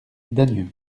dagneux